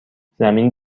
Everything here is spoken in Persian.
زمین